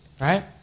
Right